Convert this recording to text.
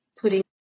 putting